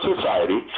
society